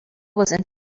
was